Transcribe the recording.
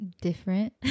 different